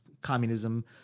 communism